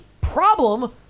problem